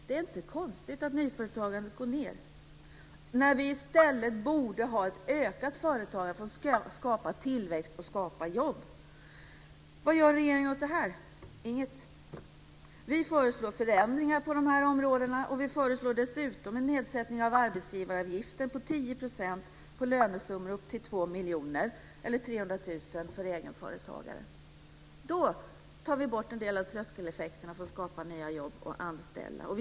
Det är inte konstigt att nyföretagandet går ned när vi i stället borde ha ett ökat företagande för att skapa tillväxt och jobb. Vad gör regeringen åt detta? Inget. Vi föreslår förändringar på dessa områden, och vi föreslår dessutom en nedsättning av arbetsgivaravgiften på 10 % på lönesummor upp till 2 miljoner, eller 300 000 för egenföretagare. Då tar vi bort en del av tröskeleffekterna för att skapa nya jobb och anställningar.